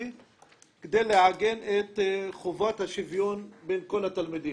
כדי לעגן את חובת השוויון בין כל התלמידים.